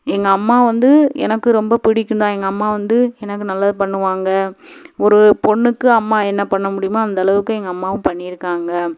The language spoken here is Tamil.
எங்கள் அம்மா வந்து எனக்கு ரொம்ப பிடிக்கும் தான் எங்கள் அம்மா வந்து எனக்கு நல்லது பண்ணுவாங்கள் ஒரு பொண்ணுக்கு அம்மா என்ன பண்ண முடியுமோ அந்தளவுக்கு எங்கள் அம்மாவும் பண்ணியிருக்காங்க